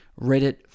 Reddit